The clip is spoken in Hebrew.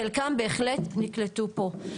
חלקם בהחלט נקלטו פה.